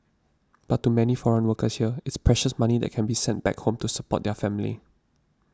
but to many foreign workers here it's precious money that can be sent back home to support their family